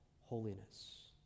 holiness